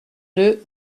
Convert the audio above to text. deux